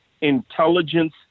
intelligence